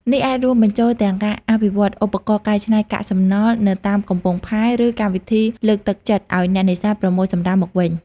នេះអាចរួមបញ្ចូលទាំងការអភិវឌ្ឍឧបករណ៍កែច្នៃកាកសំណល់នៅតាមកំពង់ផែ ឬកម្មវិធីលើកទឹកចិត្តឲ្យអ្នកនេសាទប្រមូលសំរាមមកវិញ។